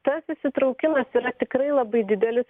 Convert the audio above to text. tas įsitraukimas yra tikrai labai didelis